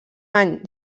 any